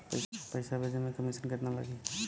पैसा भेजे में कमिशन केतना लागि?